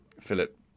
Philip